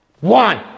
One